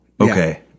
Okay